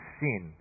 sin